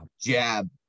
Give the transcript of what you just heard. jab